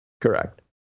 Correct